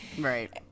Right